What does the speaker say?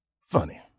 Funny